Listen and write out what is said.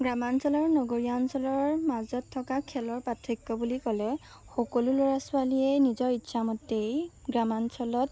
গ্ৰামাঞ্চলৰ নগৰীয়া অঞ্চলৰ মাজত থকা খেলৰ পাৰ্থক্য বুলি ক'লে সকলো ল'ৰা ছোৱালীয়েই নিজৰ ইচ্ছামতেই গ্ৰামাঞ্চলত